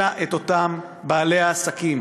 אלא את אותם בעלי העסקים.